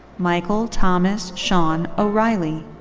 michael thomas sean o'reilly.